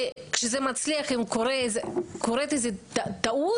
וכשזה מצליח אם קורת איזושהי טעות